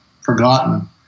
forgotten